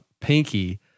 pinky